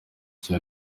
cye